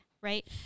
Right